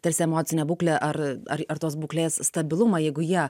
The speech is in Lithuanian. tarsi emocinę būklę ar ar ar tos būklės stabilumą jeigu jie